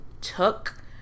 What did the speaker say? took